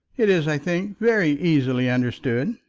it is, i think, very easily understood.